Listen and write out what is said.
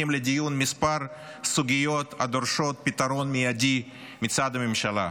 לדיון כמה סוגיות הדורשות פתרון מיידי מצד הממשלה: